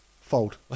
fold